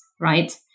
right